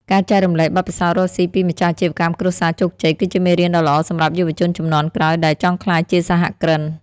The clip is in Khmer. ការចែករំលែកបទពិសោធន៍រកស៊ីពីម្ចាស់អាជីវកម្មគ្រួសារជោគជ័យ គឺជាមេរៀនដ៏ល្អសម្រាប់យុវជនជំនាន់ក្រោយដែលចង់ក្លាយជាសហគ្រិន។